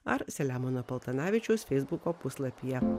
ar selemono paltanavičiaus feisbuko puslapyje